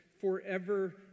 forever